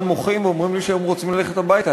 מוחים ואומרים לי שהם רוצים ללכת הביתה.